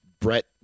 Brett